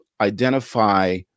identify